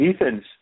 Ethan's